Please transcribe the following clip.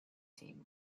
team